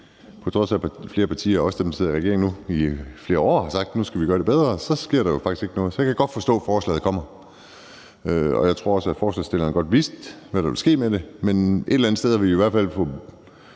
på trods af at flere partier – også dem, der sidder i regering nu – i flere år har sagt, at nu skal vi gøre det bedre, sker der faktisk ikke noget. Så jeg kan godt forstå, at forslaget kommer. Jeg tror også, at forslagsstillerne godt vidste, hvad der ville ske med det, men et eller andet sted har vi i hvert fald fået